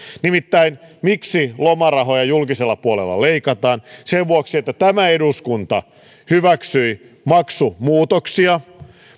nimittäin miksi lomarahoja julkisella puolella leikataan sen vuoksi että tämä eduskunta hyväksyi maksumuutoksia